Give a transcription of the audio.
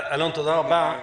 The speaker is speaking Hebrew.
אלון, תודה רבה.